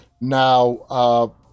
Now